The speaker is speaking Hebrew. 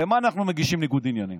למה אנחנו מגישים ניגוד עניינים?